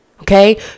Okay